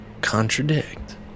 contradict